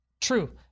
True